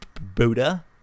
buddha